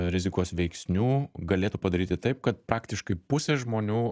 rizikos veiksnių galėtų padaryti taip kad praktiškai pusė žmonių